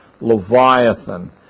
Leviathan